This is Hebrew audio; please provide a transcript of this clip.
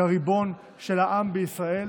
כריבון של העם בישראל,